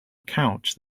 couch